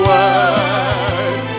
Word